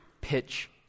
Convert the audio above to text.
pitch